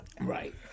Right